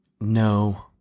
No